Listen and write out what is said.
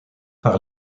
par